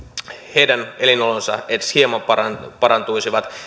heidän elinolonsa edes hieman parantuisivat parantuisivat